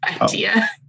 idea